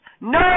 NO